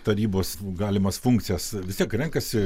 tarybos galimas funkcijas vis tiek renkasi